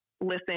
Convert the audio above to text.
listen